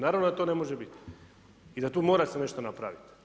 Naravno da to ne može biti i da tu mora se nešto napraviti.